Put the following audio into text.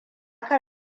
kan